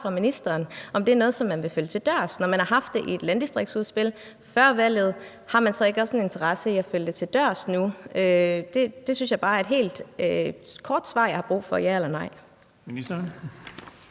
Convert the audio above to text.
fra ministeren på, om det er noget, som man vil følge til dørs. Når man har haft det i et landdistriktsudspil før valget, har man så ikke også en interesse i at følge det til dørs nu? Det er bare et helt kort svar, jeg har brug for, synes jeg: